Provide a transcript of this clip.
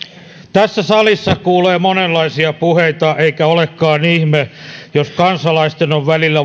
tässä salissa kuulee monenlaisia puheita eikä olekaan ihme jos kansalaisten on välillä